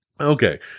Okay